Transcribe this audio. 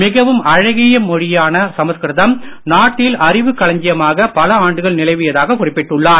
மிகவும் அழகிய மொழியான சமஸ்கிருதம் நாட்டில் அறிவுக் களஞ்சியமாக பல ஆண்டுகள் நிலவியதாகக் குறிப்பிட்டுள்ளார்